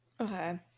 Okay